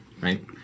right